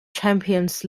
champions